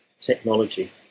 technology